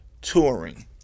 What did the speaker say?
touring